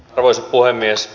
arvoisa puhemies